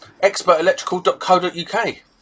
Expertelectrical.co.uk